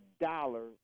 dollar